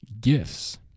gifts